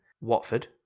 Watford